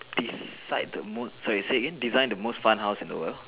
decide the most sorry say again design the most fun house in the world